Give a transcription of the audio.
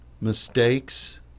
mistakes